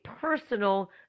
personal